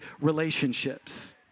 relationships